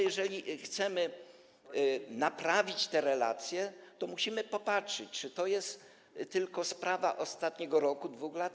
Jeżeli chcemy naprawić te relacje, to musimy popatrzeć, czy jest to tylko sprawa ostatniego roku, 2 lat.